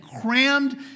crammed